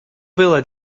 было